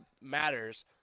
matters